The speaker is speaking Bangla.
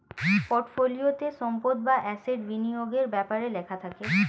পোর্টফোলিওতে সম্পদ বা অ্যাসেট বিনিয়োগের ব্যাপারে লেখা থাকে